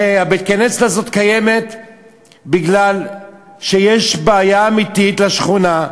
הרי בית-הכנסת הזה קיים מפני שיש בעיה אמיתית לשכונה.